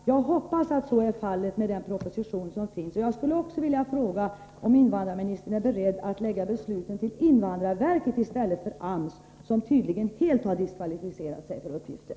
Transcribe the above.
Med den proposition som föreligger hoppas jag att så är fallet. Jag skulle också vilja fråga om invandrarministern är beredd att föra över besluten till invandrarverket i stället för AMS, som tydligen helt har diskvalificerat sig för uppgiften.